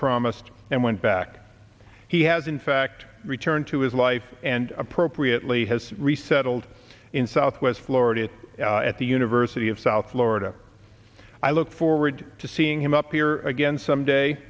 promised and went back he has in fact returned to his life and appropriately has resettled in southwest florida at the university of south florida i look forward to seeing him up here again some day